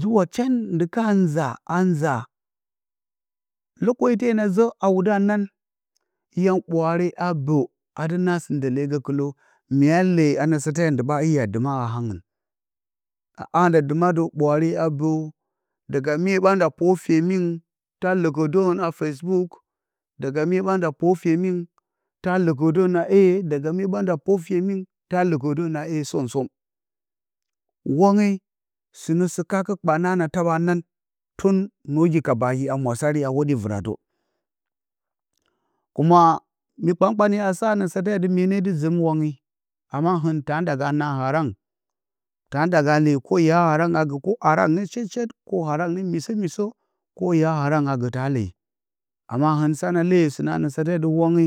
Zuwa can ndɨ ka a nza anza lokatwe na zə a wudə a nan yan ɓwaare a bə a dɨ naa sɨ ndəle gəkələ mya leyə a nə sate ndɨ a dɨma a hangɨ a handa dɨma də ɓwaare a bə daga poo fymingɨn ta ləkə dɨrən a fecebook ɗaga me ɓa da pa fyemingɨn ta ləkədən a da ga mye ɓa poo fyeme ta ləkədərən nahee samsung wangə sɨ kakə kpana na tun nan yə noowgi ka bagi a mwa sarɨ a hwoɗe vɨratə kums nan yə nowgi ka bagi a mwa sarɨ a hwoɗe vɨratə kuma mi kpan kpan a saa a nə sate a dɨ mye nɨ dɨ zɨm wange amma hɨ tə nda ga naa harəng tan nda ga leye koh harangɨn nə shə-shət koh sɨ nə misə misə koh hararngɨ a leyi amma hɨn sa na leyə sɨ nə anə satea dɨ wange